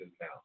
now